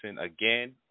Again